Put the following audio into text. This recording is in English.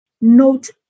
Note